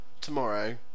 tomorrow